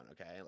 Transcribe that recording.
okay